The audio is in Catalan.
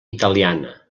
italiana